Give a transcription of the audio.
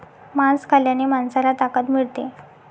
मांस खाल्ल्याने माणसाला ताकद मिळते